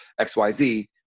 XYZ